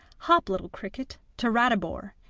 hop, little cricket, to ratibor,